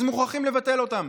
אז מוכרחים לבטל אותם.